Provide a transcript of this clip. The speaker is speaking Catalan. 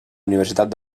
universitat